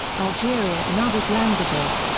algeria in others' languages.